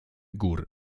gór